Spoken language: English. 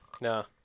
No